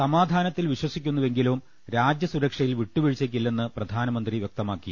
സമാധാനത്തിൽ വിശ്വസിക്കുന്നു വെങ്കിലും രാജ്യസുരക്ഷയിൽ വിട്ടുവീഴ്ചയ്ക്കി ല്ലെന്ന് പ്രധാനമന്ത്രി വ്യക്തമാക്കി